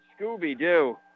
Scooby-Doo